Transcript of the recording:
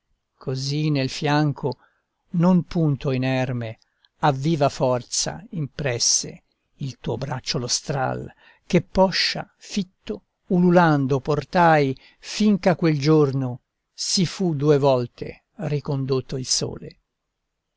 così nel fianco non punto inerme a viva forza impresse il tuo braccio lo stral che poscia fitto ululando portai finch'a quel giorno si fu due volte ricondotto il sole